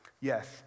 Yes